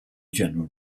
general